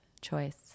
choice